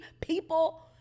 people